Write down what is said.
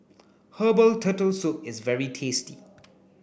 herbal turtle soup is very tasty